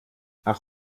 ach